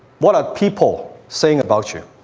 what are people saying about you?